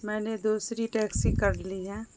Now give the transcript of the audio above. میں نے دوسری ٹیکسی کرلی ہے